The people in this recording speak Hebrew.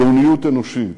גאוניות אנושית,